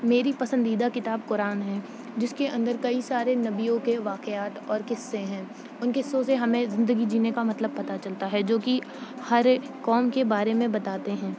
میری پسندیدہ کتاب قرآن ہے جس کے اندر کئی سارے نبیوں کے واقعات اور قصے ہیں ان قصوں سے ہمیں زندگی جینے کا مطلب پتہ چلتا ہے جو کہ ہر ایک قوم کے بارے میں بتاتے ہیں